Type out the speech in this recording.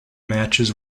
matches